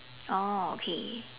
oh okay